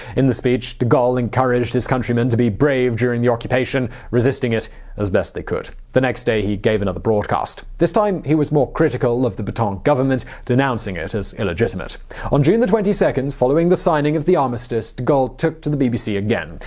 in the speech, de gaulle encouraged his countrymen to be brave during the occupation, resisting it as best they could. the next day he gave another broadcast. this time he was more critical of the petain but um government, denouncing it as illegitimate. on june twenty second, following the signing of the armistice, de gaulle took to the bbc again.